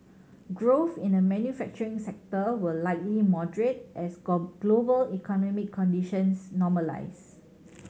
growth in the manufacturing sector will likely moderate as global economic conditions normalise